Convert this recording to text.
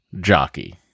jockey